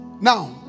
now